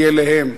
היא אליהם,